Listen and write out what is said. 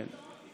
כן.